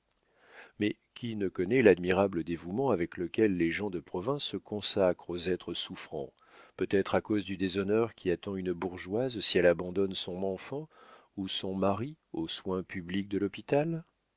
mais qui ne connaît l'admirable dévouement avec lequel les gens de province se consacrent aux êtres souffrants peut-être à cause du déshonneur qui attend une bourgeoise si elle abandonne son enfant ou son mari aux soins publics de l'hôpital